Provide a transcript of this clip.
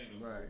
Right